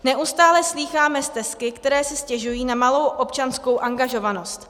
Neustále slýcháme stesky, které si stěžují na malou občanskou angažovanost.